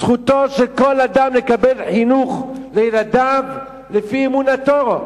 זכותו של כל אדם לקבל חינוך לילדיו לפי אמונתו,